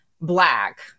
Black